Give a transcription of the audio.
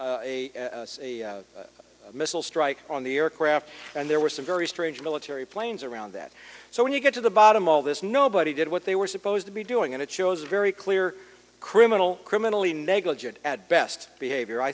m a missile strike on the aircraft and there were some very strange military planes around that so when you get to the bottom all this nobody did what they were supposed to be doing and it shows a very clear criminal criminally negligent at best behavior i